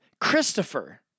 Christopher